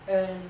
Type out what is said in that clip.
and